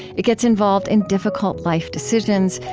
it gets involved in difficult life decisions,